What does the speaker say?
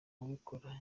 abikora